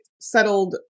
settled